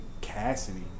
Cassidy